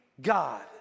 God